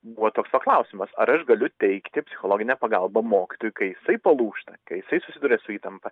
buvo toks va klausimas ar aš galiu teikti psichologinę pagalbą mokytojui kai jisai palūžta kai jisai susiduria su įtampa